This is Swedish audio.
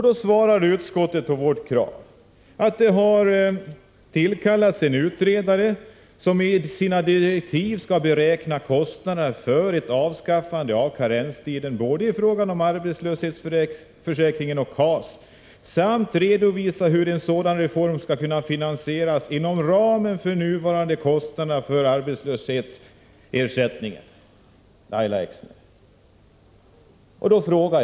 Då svarar utskottet med anledning av vårt krav att det har tillkallats en utredare, som enligt sina direktiv skall beräkna kostnaderna för ett avskaffande av karenstiden i fråga om både arbetslöshetsförsäkringen och KAS samt redovisa hur en sådan reform skall kunna finansieras inom ramen för nuvarande kostnader för arbetslöshetsersättning, Lahja Exner.